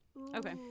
Okay